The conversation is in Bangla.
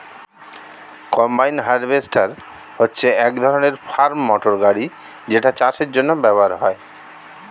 কম্বাইন হারভেস্টার হচ্ছে এক ধরণের ফার্ম মোটর গাড়ি যেটা চাষের জন্য ব্যবহার হয়